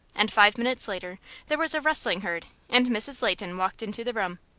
and five minutes later there was a rustling heard, and mrs. leighton walked into the room.